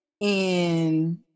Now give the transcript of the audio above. and-